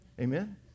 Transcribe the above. amen